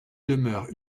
demeure